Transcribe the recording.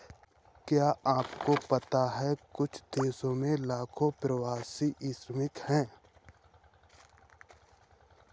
क्या आपको पता है कुछ देशों में लाखों प्रवासी श्रमिक हैं?